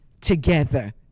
together